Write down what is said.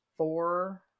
four